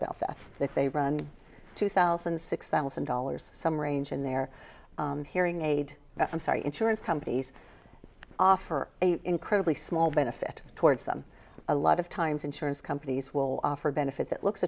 about that that they run two thousand six thousand dollars some range in their hearing aid i'm sorry insurance companies offer a incredibly small benefit towards them a lot of times insurance companies will offer benefits it looks